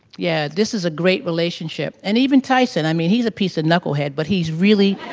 yeah, this is a great relationship and even tyson. i mean, he's a piece of knucklehead but he's really